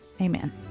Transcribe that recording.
Amen